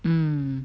mm